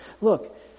Look